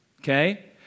okay